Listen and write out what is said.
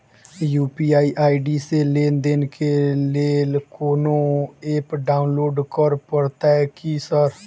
UPI ID लेनदेन केँ लेल कोनो ऐप डाउनलोड करऽ पड़तय की सर?